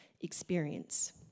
experience